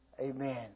Amen